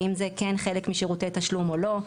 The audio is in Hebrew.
האם זה כן חלק משירותי תשלום או לא?